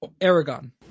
Aragon